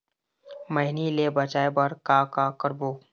मैनी ले बचाए बर का का करबो?